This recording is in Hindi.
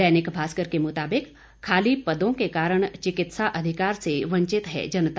दैनिक भास्कर के मुताबिक खाली पदों के कारण चिकित्सा अधिकार से वंचित है जनता